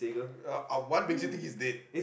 uh uh what makes you think it's dead